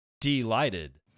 delighted